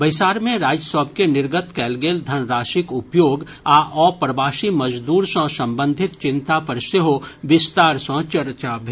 बैसार मे राज्य सभ के निर्गत कयल गेल धनराशिक उपयोग आ अप्रवासी मजदूर सॅ संबंधित चिंता पर सेहो विस्तार सॅ चर्चा भेल